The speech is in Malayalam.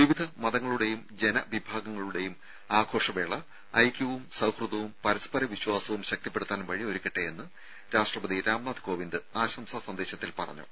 വിവിധ മതങ്ങളുടെയും ജന വിഭാഗങ്ങളുടെയും ആഘോഷ വേള ഐക്യവും സൌഹൃദവും പരസ്പര വിശ്വാസവും ശക്തിപ്പെടുത്താൻ വഴിയൊരുക്കട്ടെ എന്ന് രാഷ്ട്രപതി രാംനാഥ് കോവിന്ദ് ആശംസാ സന്ദേശത്തിൽ പറഞ്ഞു